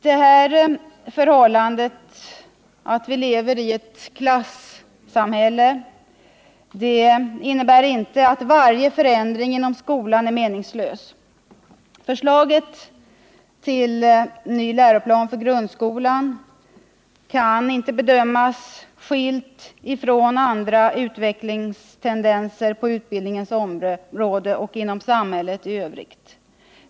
Det förhållandet att vi lever i ett klassamhälle innebär inte att varje förändring inom skolan är meningslös. Men förslaget till ny läroplan för grundskolan kan inte bedömas skilt från andra utvecklingstendenser på utbildningens område och inom samhället i övrigt.